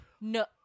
No